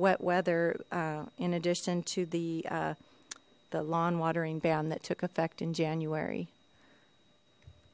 wet weather in addition to the the lawn watering band that took effect in january